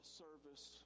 service